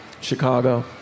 Chicago